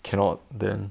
cannot then